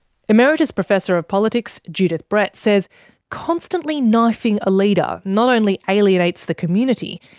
emeritus professor of politics, judith brett says constantly knifing a leader not only alienates the community,